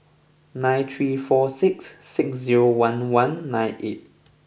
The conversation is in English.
nine three four six six zero one one nine eight